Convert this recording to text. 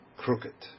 crooked